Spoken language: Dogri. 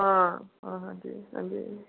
हां हां जी हां जी